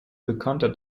bekannter